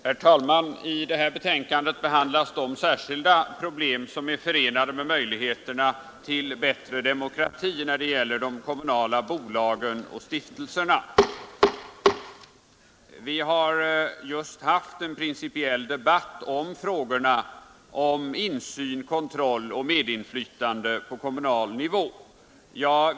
Herr talman! I detta betänkande behandlas de särskilda problem som är förenade med möjligheterna till bättre demokrati i de kommunala bolagen och stiftelserna. Vi har just haft en principiell debatt om insyn, Nr 37 kontroll och medinflytande på kommunal nivå.